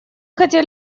хотели